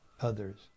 others